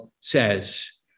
says